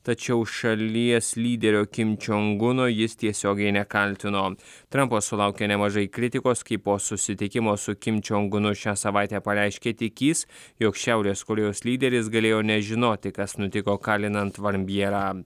tačiau šalies lyderio kim čionguno jis tiesiogiai nekaltino trampas sulaukė nemažai kritikos kai po susitikimo su kim čiongunu šią savaitę pareiškė tikįs jog šiaurės korėjos lyderis galėjo nežinoti kas nutiko kalinant vambierą